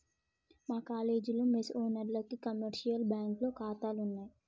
మా కాలేజీలో మెస్ ఓనర్లకి కమర్షియల్ బ్యాంకులో ఖాతాలున్నయ్